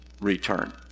return